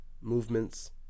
movements